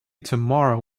tomorrow